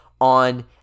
on